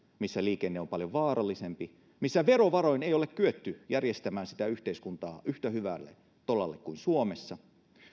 missä liikenne on paljon vaarallisempi missä verovaroin ei ole kyetty järjestämään yhteiskuntaa yhtä hyvälle tolalle kuin suomessa